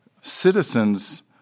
citizens